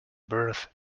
birth